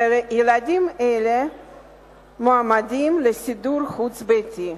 וילדים אלה מועמדים לסידור חוץ-ביתי.